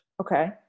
Okay